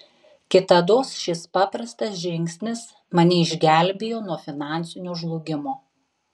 kitados šis paprastas žingsnis mane išgelbėjo nuo finansinio žlugimo